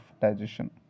digestion